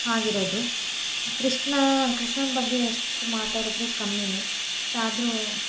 ಹಾಗಿರೋದು ಕೃಷ್ಣ ಕೃಷ್ಣನ ಬಗ್ಗೆ ಎಷ್ಟು ಮಾತಾಡಿದ್ರೂ ಕಮ್ಮಿನೇ ಬಟ್ ಆದರೂ